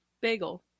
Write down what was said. Bagel